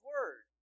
Word